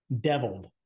Deviled